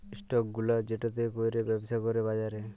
stock গুলা যেটতে ক্যইরে ব্যবছা ক্যরে বাজারে